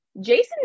Jason